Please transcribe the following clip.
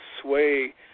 sway